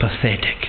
pathetic